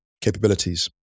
capabilities